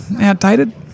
outdated